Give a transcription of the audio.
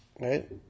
Right